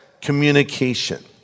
communication